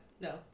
no